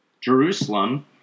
Jerusalem